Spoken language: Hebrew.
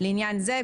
לעניין זה,